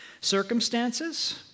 Circumstances